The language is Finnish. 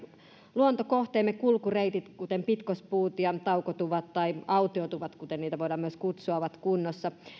luontokohteidemme kulkureitit kuten pitkospuut ja taukotuvat tai autiotuvat kuten niitä voidaan myös kutsua ovat kunnossa